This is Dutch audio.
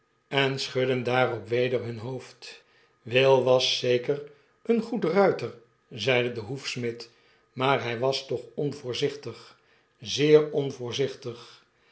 en schuddeden daarop weder hunne hoofden will was zeker een goed ruiter zeide de hoefsmid maar hij was toch onvoorzichtig zeer